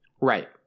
Right